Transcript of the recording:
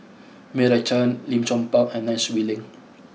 Meira Chand Lim Chong Pang and Nai Swee Leng